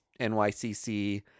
NYCC